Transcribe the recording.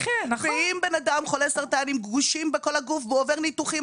ואם בן אדם חולה סרטן עם גושים בכל הגוף והוא עובר ניתוחים